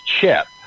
chip